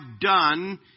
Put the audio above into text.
done